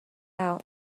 out